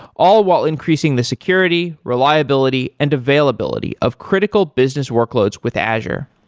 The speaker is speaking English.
all while increasing the security, reliability and availability of critical business workloads with azure.